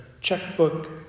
checkbook